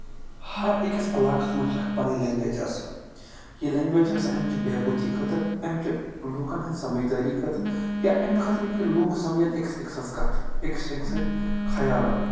ہر أکِس علاقَس منٛز چھِ اَکھ پَنٕنۍ لینٛگویج آسان یہِ لنٛگویج چھِ آسان اَمہِ چھِ بے بوٗدوٗدی خٲطرٕ اَمہِ چھِ لُکَن ہٕنٛدۍ سَمٕج دٲری خٲطرٕ یا اَمہِ خٲطرٕ کہِ لوٗکھ سَمجَن أکِس أکۍ سٕنٛز کَتھ أکِس أکۍ سٕنٛز خیالات